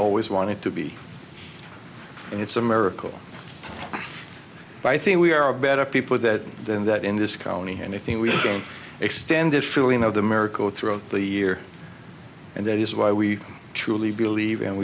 always wanted to be and it's a miracle but i think we are a better people that then that in this county anything we can extend this feeling of the miracle throughout the year and that is why we truly believe and